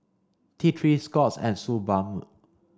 T Three Scott's and Suu balm